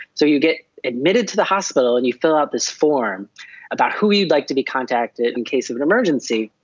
so you get admitted to the hospital and you fill out this form about who you'd like to be contacted in case of an emergency.